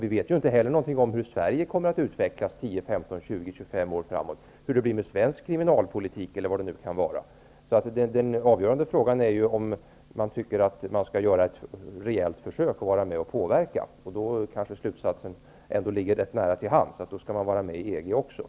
Vi vet ju inte heller något om hur Sverige kommer att utvecklas 10, 15, 20 eller 25 år framåt, hur t.ex. den svenska kriminalpolitiken kommer att vara. Den avgörande frågan är alltså om man tycker att man skall göra ett rejält försök att vara med och påverka. Då kanske slutsatsen ändå ligger ganska nära till hands, nämligen att man då skall vara med i EG.